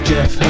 Jeff